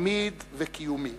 מתמיד וקיומי